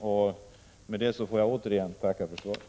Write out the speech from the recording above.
Därmed får jag återigen tacka för svaret.